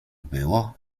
było